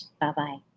Bye-bye